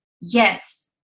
Yes